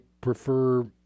prefer